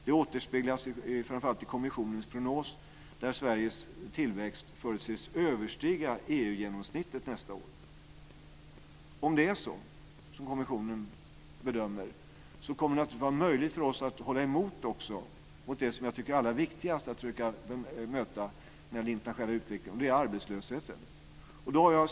Det återspeglas framför allt i kommissionens prognos där Sveriges tillväxt förutsätts överstiga EU-genomsnittet nästa år. Om det är som kommissionen bedömer det, kommer det naturligtvis att vara möjligt för oss att hålla emot det som är det viktigaste i den internationella utvecklingen, nämligen arbetslösheten.